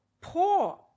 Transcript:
poor